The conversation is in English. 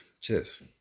Cheers